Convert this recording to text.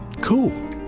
Cool